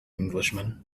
englishman